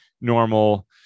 normal